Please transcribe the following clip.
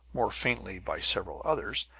more faintly, by several others.